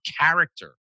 character